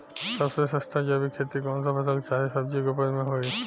सबसे सस्ता जैविक खेती कौन सा फसल चाहे सब्जी के उपज मे होई?